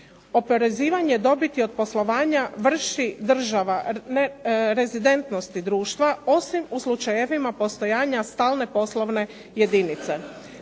Oporezivanje dobiti od poslovanja vrši država …/Govornica se ne razumije./… rezidentnosti društva, osim u slučajevima postojanja stalne poslovne jedinice.